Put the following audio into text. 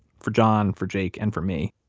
for john, for jake, and for me.